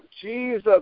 Jesus